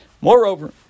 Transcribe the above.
Moreover